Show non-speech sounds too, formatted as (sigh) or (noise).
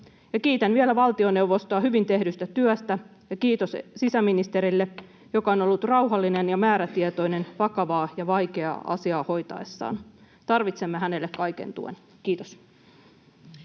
Kiitän vielä valtioneuvostoa hyvin tehdystä työstä, ja kiitos sisäministerille, joka on ollut rauhallinen (noise) ja määrätietoinen vakavaa ja vaikeaa asiaa hoitaessaan. Tarvitsemme hänelle kaiken tuen. — Kiitos.